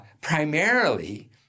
primarily